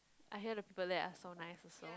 I hear the people there are so nice also